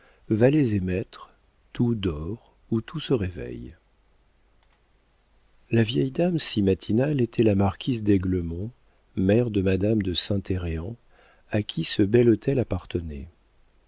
valets et maîtres tout dort ou tout se réveille la vieille dame si matinale était la marquise d'aiglemont mère de madame de saint héreen à qui ce bel hôtel appartenait